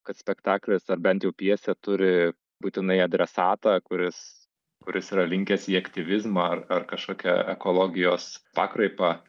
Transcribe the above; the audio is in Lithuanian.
kad spektaklis ar bent jau pjesė turi būtinai adresatą kuris kuris yra linkęs į aktyvizmą ar ar kažkokią ekologijos pakraipą